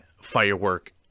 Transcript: firework